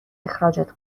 اخراجت